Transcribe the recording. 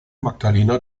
magdalena